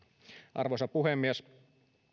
arvoisa puhemies